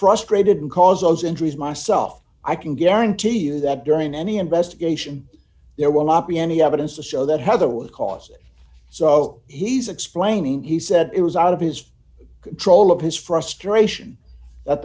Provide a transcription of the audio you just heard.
frustrated because those injuries myself i can guarantee you that during any investigation there will not be any evidence to show that heather would cause it so he's explaining he said it was out of his control of his frustration that